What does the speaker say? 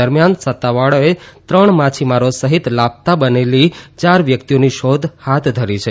દરમિયાન સત્તાવાળાઓએ ત્રણ માછીમાર સહિત લાપતા બનેલી યાર વ્યક્તિઓની શાધ હાથ ધરી છે